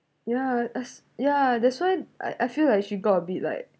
ya s ya that's why I I feel like she got a bit like